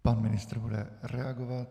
Pan ministr bude reagovat.